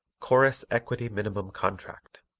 chorus equity minimum contract